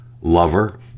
lover